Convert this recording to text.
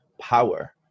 power